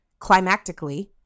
climactically